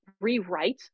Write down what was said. rewrite